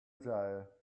dryer